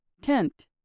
tent